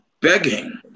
begging